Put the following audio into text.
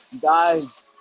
guys